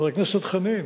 חבר הכנסת חנין,